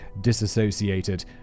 disassociated